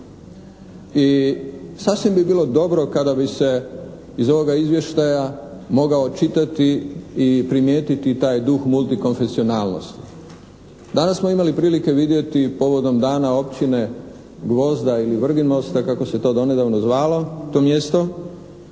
I sasvim bi bilo dobro kada bi se iz ovoga izvještaja mogao čitati i primijetiti taj duh multikonfesionalnosti. Danas smo imali prilike vidjeti povodom Dana općine Gvozda ili Vrginmosta kako se to donedavno zvalo to mjesto,